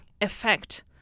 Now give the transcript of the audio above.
effect